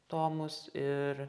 tomus ir